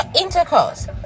intercourse